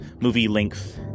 movie-length